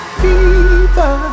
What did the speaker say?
fever